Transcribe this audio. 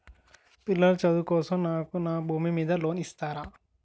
మా పిల్లల చదువు కోసం నాకు నా భూమి మీద లోన్ ఇస్తారా?